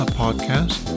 podcast